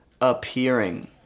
Appearing